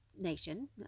nation